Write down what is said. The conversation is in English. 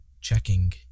checking